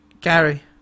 Gary